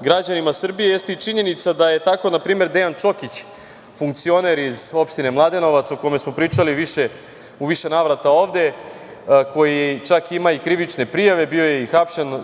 građanima Srbije jeste i činjenica da je tako npr. Dejan Čokić funkcioner iz opštine Mladenovac, o kome smo pričali u više navrata ovde, koji čak ima i krivične prijave, bio je i hapšen